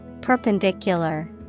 Perpendicular